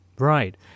Right